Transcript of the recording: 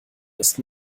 ist